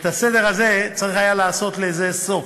את הסדר הזה, צריך היה לעשות לזה סוף.